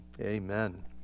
Amen